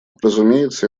разумеется